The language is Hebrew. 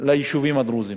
ליישובים הדרוזיים.